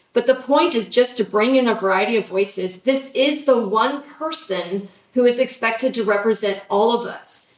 but the point is just to bring in a variety of voices. this is the one person who is expected to represent all of us.